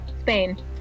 Spain